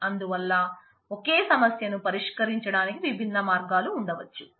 అందువల్ల ఒకే సమస్యను పరిష్కరించడానికి విభిన్న మార్గాలుఉండవచ్చు